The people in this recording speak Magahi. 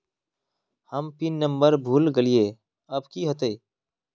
हम पिन नंबर भूल गलिऐ अब की होते?